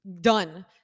Done